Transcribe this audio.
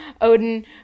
Odin